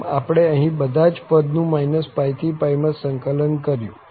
આમ આપણે અહીં બધા જ પદ નું -π થી માં સંકલન કર્યું